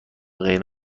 غیر